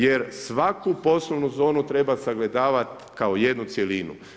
Jer svaku poslovnu zonu treba sagledavati kao jednu cjelinu.